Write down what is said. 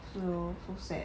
对 lor so sad